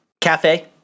cafe